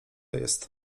jest